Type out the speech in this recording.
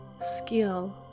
skill